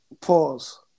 pause